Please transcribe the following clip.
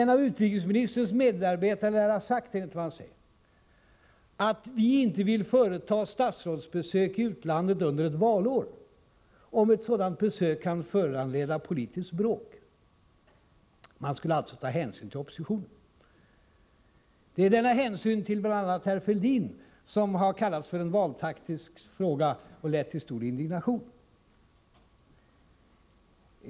En av utrikesministerns medarbetare har enligt egna uppgifter sagt att vi inte vill företa statsrådsbesök i utlandet under ett valår, om ett sådant besök kan föranleda politiskt bråk. Man skulle alltså ta hänsyn till oppositionen. Det är denna hänsyn till bl.a. herr Fälldin som har kallats för en valtaktisk fråga och som har lett till stor indignation.